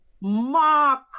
mark